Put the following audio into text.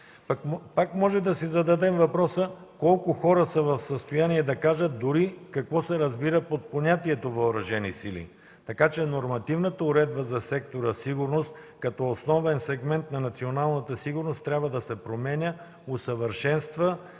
Пак може да си зададем въпроса колко хора са в състояние да кажат дори какво се разбира под понятието въоръжени сили, така че нормативната уредба за сектора „Сигурност” като основен сегмент на националната сигурност трябва да се променя, усъвършенства,